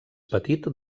petit